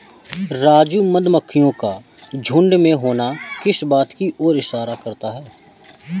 राजू मधुमक्खियों का झुंड में होना किस बात की ओर इशारा करता है?